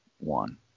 one